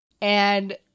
and-